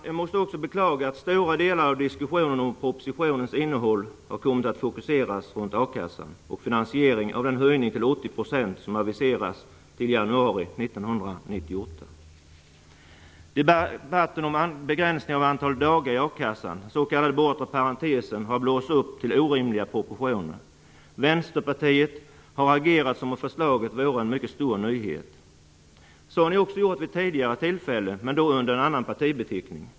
Jag måste också beklaga att stora delar av diskussionen om propositionens innehåll har kommit att fokuseras kring a-kassan och finansieringen av den höjning till 80 % som aviseras till januari Debatten om en begränsning av antalet dagar i akassan, den s.k. bortre parentesen, har blåsts upp till orimliga proportioner. Vänsterpartiet har agerat som om förslaget vore en mycket stor nyhet. Det har man också gjort vid ett tidigare tillfälle, men då under en annan partibeteckning.